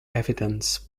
evidence